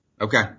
Okay